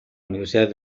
universidad